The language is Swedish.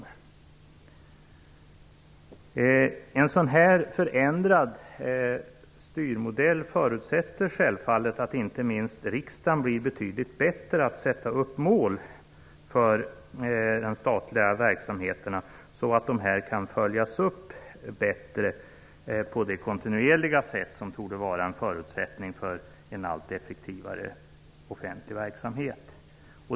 Med denna förändrade styrmodell förutsätts det självfallet att inte minst riksdagen blir betydligt bättre på att sätta upp mål för de statliga verksamheterna, så att de också bättre kan följas upp på det kontinuerliga sätt som torde vara en förutsättning för en allt effektivare offentlig verksamhet.